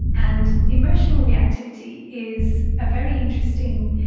and emotional reactivity is a very interesting,